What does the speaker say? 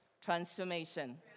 Transformation